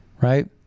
right